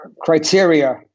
criteria